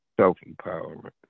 Self-empowerment